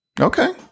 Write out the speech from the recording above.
Okay